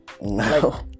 No